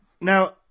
now